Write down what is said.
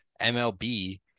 MLB